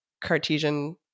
Cartesian